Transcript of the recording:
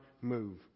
move